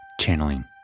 Channeling